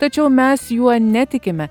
tačiau mes juo netikime